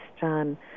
done